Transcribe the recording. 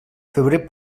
febrer